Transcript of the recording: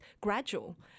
gradual